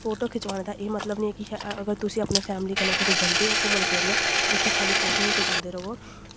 photo खचवाने दा एह् मतलब निं कि अगर तुसें अपनी फैमली कन्नै कुतै जंदे ओ घूमन फिरन ते उत्थें खा'ल्ली फोटोआं ही खचांदे रवो